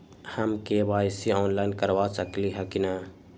हम KYC online करवा सकली ह कि न?